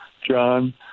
John